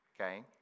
okay